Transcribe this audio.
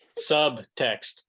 Subtext